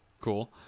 Cool